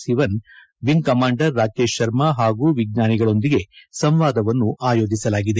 Sivan wing commander Rakesh Sharma ಹಾಗೂ ವಿಜ್ಞಾನಿಗಳೊಂದಿಗೆ ಸಂವಾದವನ್ನು ಆಯೋಜಿಸಲಾಗಿದೆ